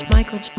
Michael